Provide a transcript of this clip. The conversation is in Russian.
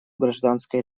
гражданское